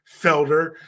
Felder